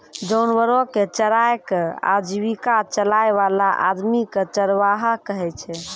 जानवरो कॅ चराय कॅ आजीविका चलाय वाला आदमी कॅ चरवाहा कहै छै